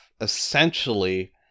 essentially